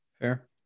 Fair